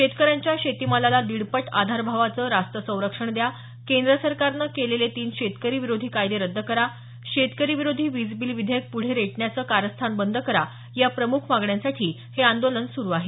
शेतकऱ्यांच्या शेतीमालाला दीडपट आधारभावाचं रास्त संरक्षण द्या केंद्र सरकारनं केलेले तीन शेतकरी विरोधी कायदे रद्द करा शेतकरी विरोधी वीजबिल विधेयक पुढे रेटण्याचे कारस्थान बंद करा या प्रमुख मागण्यांसाठी हे आंदोलन सुरु आहे